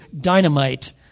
dynamite